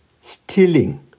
Stealing